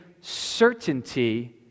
certainty